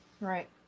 Right